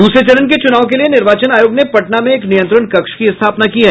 दूसरे चरण के चुनाव के लिए निर्वाचन आयोग ने पटना में एक नियंत्रण कक्ष की स्थापना की है